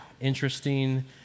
Interesting